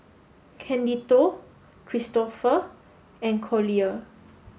Candido Kristoffer and Collier